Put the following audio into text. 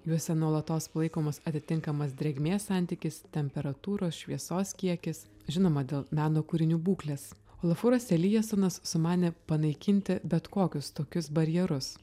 juose nuolatos palaikomas atitinkamas drėgmės santykis temperatūros šviesos kiekis žinoma dėl meno kūrinių būklės olafuras elijasonas sumanė panaikinti bet kokius tokius barjerus